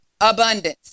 abundance